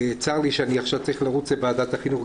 צר לי שאני עכשיו צריך לרוץ לוועדת החינוך,